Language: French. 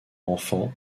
enfants